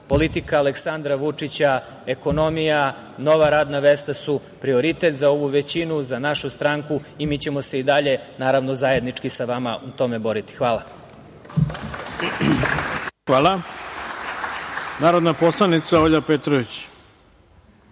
Politika Aleksandra Vučića, ekonomija, nova radna mesta su prioritet za ovu većinu, za našu stranku i mi ćemo se i dalje, naravno, zajednički sa vama u tome boriti. Hvala. **Ivica Dačić** Hvala. Reč ima narodna poslanica Olja Petrović.